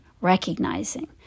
recognizing